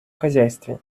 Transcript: хозяйстве